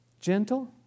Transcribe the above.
gentle